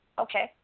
Okay